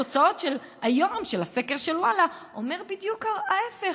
התוצאות של היום של הסקר של וואלה אומרות בדיוק ההפך: